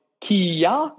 Kia